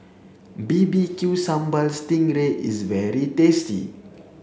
B B Q sambal sting ray is very tasty